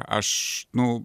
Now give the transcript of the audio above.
aš nu